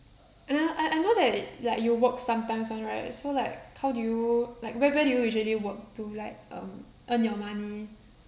uh I I know that like you work sometimes [one] right so like how do you like where where do you usually work to like um earn your money